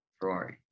Ferrari